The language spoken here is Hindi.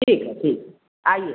ठीक है ठीक है आइए